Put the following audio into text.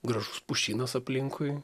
gražus pušynas aplinkui